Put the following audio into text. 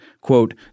Quote